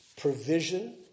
provision